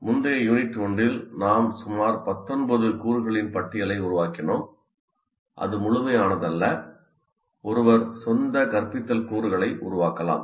முந்தைய யூனிட் ஒன்றில் நாம் சுமார் 19 கூறுகளின் பட்டியலை உருவாக்கினோம் அது முழுமையானதல்ல ஒருவர் சொந்த கற்பித்தல் கூறுகளை உருவாக்கலாம்